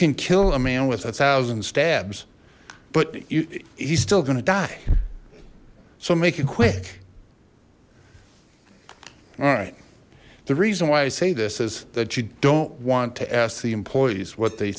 can kill a man with a thousand stabs but you he's still gonna die so make it quick all right the reason why i say this is that you don't want to ask the employees what they